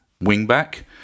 wing-back